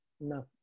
no